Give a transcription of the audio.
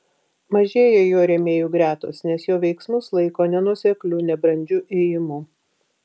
mažėja jo rėmėjų gretos nes jo veiksmus laiko nenuosekliu nebrandžiu ėjimu